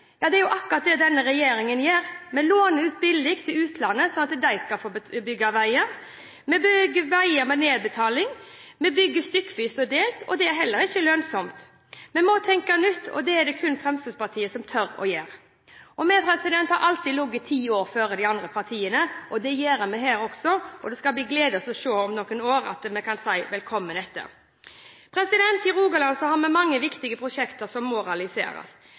Ja, det er en historisk satsing og et historisk løft, men det er faktisk på bompengeområdet. Det er det som er virkeligheten med dagens NTP. Vi trenger politisk vilje og handlekraft for å få plass til de utfordringene vi har på samferdselssiden. Statsråd Arnstad sa at vi ikke må bygge veier dyrere enn vi trenger – men det er jo akkurat det denne regjeringen gjør. Vi låner ut billig til utlandet sånn at de skal få bygge veier, vi bygger veier med nedbetaling, vi bygger stykkevis og delt – det er heller ikke lønnsomt. Vi må tenke nytt, og det er det kun Fremskrittspartiet som tør å gjøre. Vi har alltid